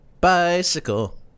Bicycle